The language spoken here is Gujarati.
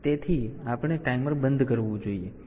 તેથી આપણે ટાઈમર બંધ કરવું જોઈએ